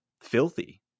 filthy